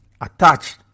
attached